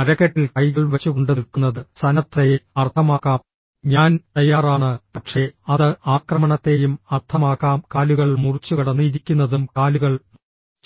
അരക്കെട്ടിൽ കൈകൾ വെച്ചുകൊണ്ട് നിൽക്കുന്നത് സന്നദ്ധതയെ അർത്ഥമാക്കാം ഞാൻ തയ്യാറാണ് പക്ഷേ അത് ആക്രമണത്തെയും അർത്ഥമാക്കാം കാലുകൾ മുറിച്ചുകടന്ന് ഇരിക്കുന്നതും കാലുകൾ